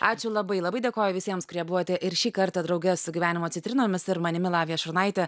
ačiū labai labai dėkoju visiems kurie buvote ir šį kartą drauge su gyvenimo citrinomis ir manimi lavija šurnaite